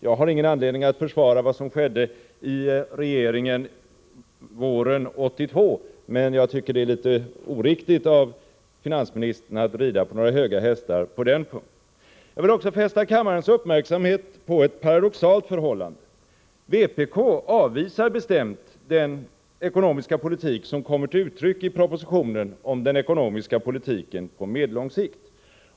Jag har ingen anledning att försvara vad som skedde i regeringen våren 1982, men jag tycker att det är litet oriktigt av finansministern att rida på några höga hästar på den här punkten. Jag vill också fästa kammarens uppmärksamhet på ett paradoxalt förhållande. Vpk avvisar bestämt den ekonomiska politik som kommer till uttryck i propositionen om den ekonomiska politiken på medellång sikt.